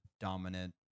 dominant